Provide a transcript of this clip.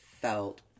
felt